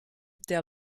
der